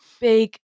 big